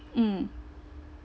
mm